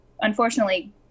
unfortunately